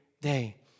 day